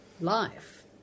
life